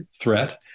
threat